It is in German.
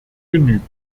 genügt